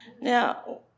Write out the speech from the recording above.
Now